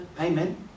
amen